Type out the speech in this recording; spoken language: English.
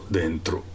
dentro